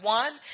one